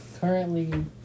currently